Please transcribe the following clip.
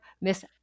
Miss